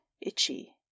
itchy